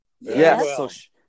Yes